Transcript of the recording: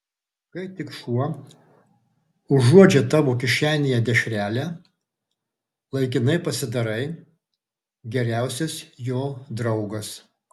kai tik šuo užuodžia tavo kišenėje dešrelę laikinai pasidarai geriausias jo draugas